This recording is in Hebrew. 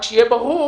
שיהיה ברור